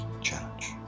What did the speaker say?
challenge